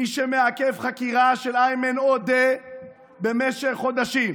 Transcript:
מי שמעכב חקירה של איימן עודה במשך חודשים,